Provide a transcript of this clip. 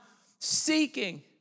seeking